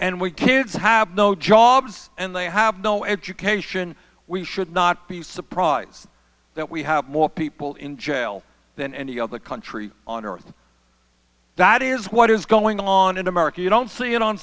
and we kids have no jobs and they have no education we should not be surprised that we have more people in jail than any other country on earth that is what is going on in america you don't see it on